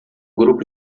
grupo